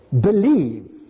Believe